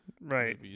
right